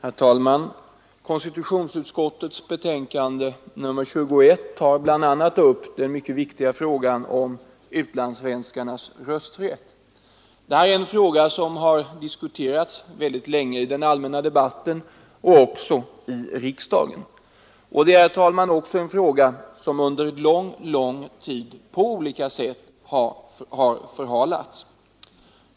Herr talman! Konstitutionsutskottets betänkande nr 21 tar bl.a. upp den viktiga frågan om utlandssvenskarnas rösträtt. Det är en fråga som länge har diskuterats i den allmänna debatten och i riksdagen. Det är, herr talman, också en fråga som under lång, lång tid på olika sätt har förhalats.